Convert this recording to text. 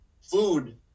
food